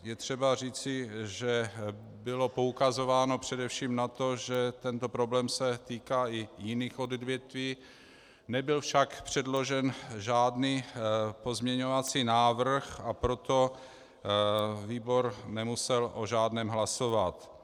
Je třeba říci, že bylo poukazováno především na to, že tento problém se týká i jiných odvětví, nebyl však předložen žádný pozměňovací návrh, a proto výbor nemusel o žádném hlasovat.